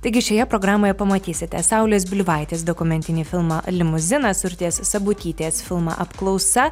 taigi šioje programoje pamatysite saulės bliuvaitės dokumentinį filmą limuzinas urtės sabutytės filmą apklausa